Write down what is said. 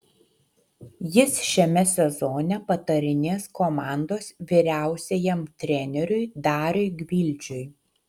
jis šiame sezone patarinės komandos vyriausiajam treneriui dariui gvildžiui